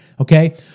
okay